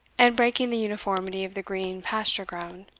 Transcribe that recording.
and breaking the uniformity of the green pasture-ground